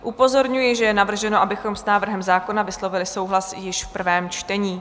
Upozorňuji, že je navrženo, abychom s návrhem zákona vyslovili souhlas již v prvém čtení.